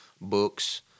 books